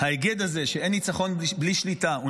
ההיגד הזה שאין ניצחון בלי שליטה הוא